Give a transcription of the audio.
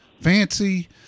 fancy